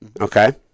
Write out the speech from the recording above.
okay